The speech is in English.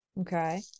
Okay